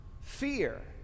Fear